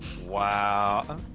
wow